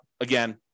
again